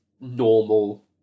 normal